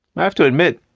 i have to admit,